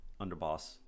underboss